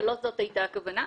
ולא זאת הייתה הכוונה.